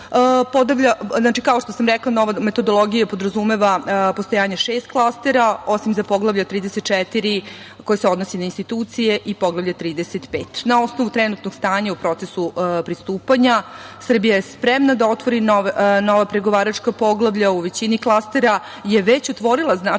reformi. Kao što sam rekla, nova metodologija podrazumeva postojanje šest klastera, osim za Poglavlje 34 koje se odnosi na institucije i Poglavlje 35. Na osnovu trenutnog stanja u procesu pristupanja, Srbija je spremna da otvori nova pregovaračka poglavlja. U većini klastera je već otvorila značajan